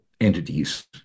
entities